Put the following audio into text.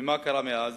ומה קרה מאז?